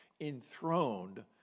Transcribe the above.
enthroned